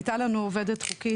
הייתה לנו עובדת חוקית.